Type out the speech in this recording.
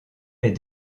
est